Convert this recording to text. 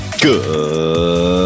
Good